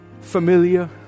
familiar